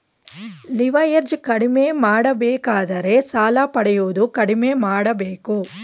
leverage ಕಡಿಮೆ ಮಾಡಬೇಕಾದರೆ ಸಾಲ ಪಡೆಯುವುದು ಕಡಿಮೆ ಮಾಡಬೇಕು